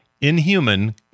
inhuman